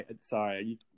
Sorry